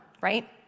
right